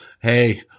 hey